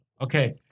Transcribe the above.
Okay